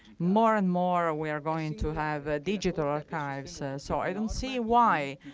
more and more, ah we are going to have digital archives, so i don't see why,